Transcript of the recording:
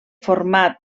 format